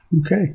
Okay